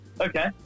okay